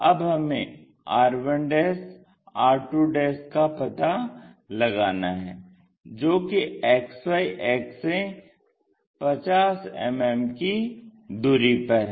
अब हमें r 1 r 2का पता लगाना है जो कि XY अक्ष से 50 मिमी की दूरी पर हैं